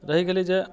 रहि गेलै जे